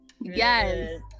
yes